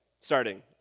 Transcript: starting